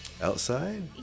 Outside